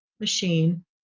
machine